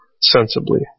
sensibly